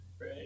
Right